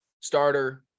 starter